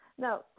No